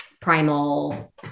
Primal